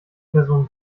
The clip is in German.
person